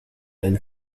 and